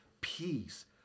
Peace